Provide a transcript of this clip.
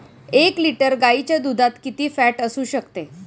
एक लिटर गाईच्या दुधात किती फॅट असू शकते?